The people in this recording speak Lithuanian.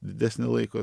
didesnę laiko